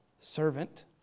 servant